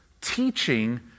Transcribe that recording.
teaching